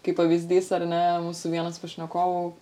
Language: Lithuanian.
kaip pavyzdys ar ne mūsų vienas pašnekovų